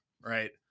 Right